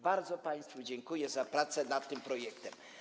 Bardzo państwu dziękuję za pracę nad tym projektem.